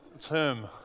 term